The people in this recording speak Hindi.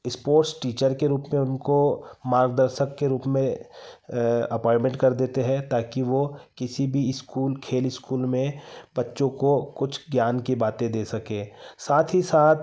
स्पोर्ट्स टीचर के रूप में उनको मार्गदर्शक के रूप में अपॉइंटमेंट कर देते हैं ताकि वो किसी भी स्कूल खेल स्कूल में बच्चों को कुछ ज्ञान की बातें दे सकें साथ ही साथ